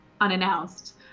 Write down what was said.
unannounced